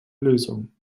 lösung